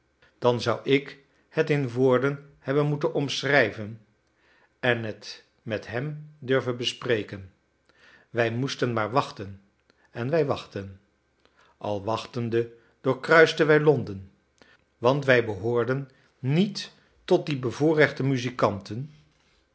dan zou ik het in woorden hebben moeten omschrijven en het met hem durven bespreken wij moesten maar wachten en wij wachtten al wachtende doorkruisten wij londen want wij behoorden niet tot die bevoorrechte muzikanten